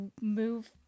move